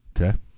Okay